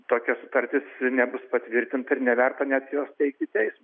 tokia sutartis nebus patvirtinta ir neverta net jos teikti į teismą